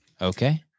Okay